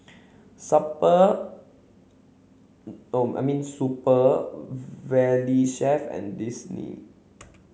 Super Valley Chef and Disney